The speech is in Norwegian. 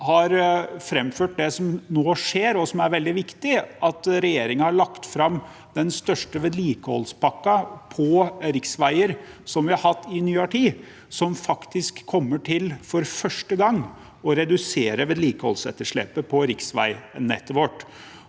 har framført det som nå skjer, og som er veldig viktig, at regjeringen har lagt fram den største vedlikeholdspakka for riksveier som vi har hatt i nyere tid, og som faktisk kommer til, for første gang, å redusere vedlikeholdsetterslepet på riksveinettet vårt.